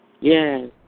Yes